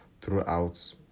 throughout